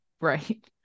Right